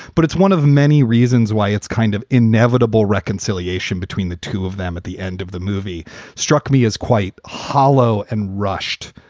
but it's one of the many reasons why it's kind of inevitable. reconciliation between the two of them at the end of the movie struck me as quite hollow and rushed.